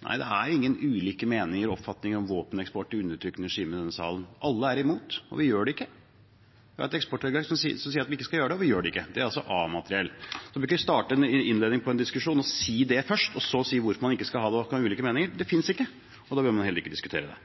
Nei, det er ingen ulike meninger og oppfatninger om våpeneksport til undertrykkende regimer i denne salen. Alle er imot det, og vi gjør det ikke – vi har et eksportregelverk som sier at vi ikke skal gjøre det, og vi gjør det ikke. Det er altså A-materiell. Så man bør ikke starte en diskusjon med å si dét først, og så si hvorfor man ikke skal ha det, og at det kan være ulike meninger. Det finnes ikke, og da bør man heller ikke diskutere det.